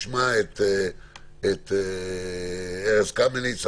נשמע את ארז קמיניץ,